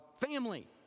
family